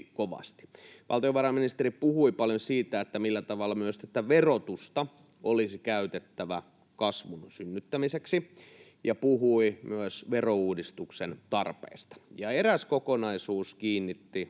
kovasti. Valtiovarainministeri puhui paljon siitä, millä tavalla myös verotusta olisi käytettävä kasvun synnyttämiseksi, ja puhui myös verouudistuksen tarpeesta. Ja eräs kokonaisuus kiinnitti